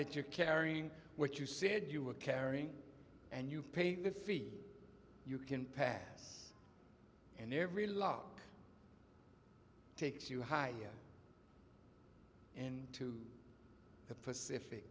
that you're carrying what you said you were carrying and you pay the fee you can pass and every luck takes you high in the pacific